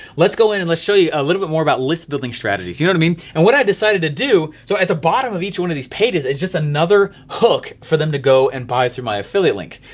let's go in, and let's show you a little more about list building strategies, you know what i mean? and what i decided to do so at the bottom of each one of these pages, it's just another hook for them to go and buy through my affiliate link.